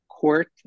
court